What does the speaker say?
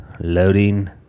loading